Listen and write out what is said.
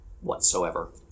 whatsoever